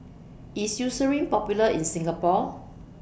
IS Eucerin Popular in Singapore